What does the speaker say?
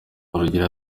rugira